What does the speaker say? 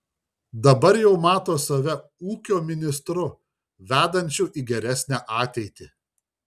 dabar jau mato save ūkio ministru vedančiu į geresnę ateitį